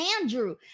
andrew